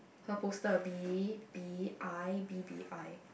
her poster B B I B B I